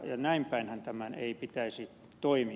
näinpäinhän tämän ei pitäisi toimia